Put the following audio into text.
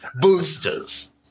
Boosters